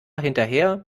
hinterher